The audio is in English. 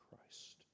Christ